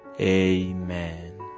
Amen